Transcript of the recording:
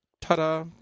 Ta-da